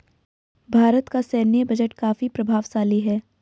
भारत का सैन्य बजट काफी प्रभावशाली है